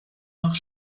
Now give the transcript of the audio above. noch